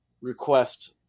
request